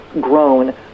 grown